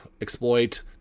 exploit